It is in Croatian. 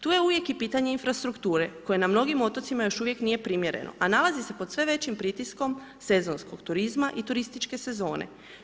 Tu je uvijek i pitanje infrastrukture koja na mnogim otocima još uvijek nije primjerena a nalazi se pod sve većim pritiskom sezonskog turizma i turističke sezone.